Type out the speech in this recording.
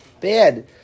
bad